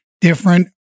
different